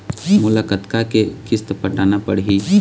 मोला कतका के किस्त पटाना पड़ही?